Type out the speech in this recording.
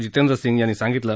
जितेंद्र सिंह यांनी सांगितलं